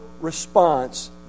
response